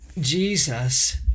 Jesus